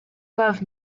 love